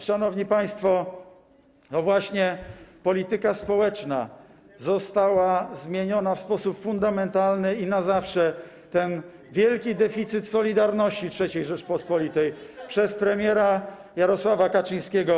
Szanowni państwo, właśnie polityka społeczna została zmieniona w sposób fundamentalny i na zawsze ten wielki deficyt solidarności III Rzeczypospolitej przez premiera Jarosława Kaczyńskiego.